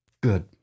Good